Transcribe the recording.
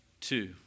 Two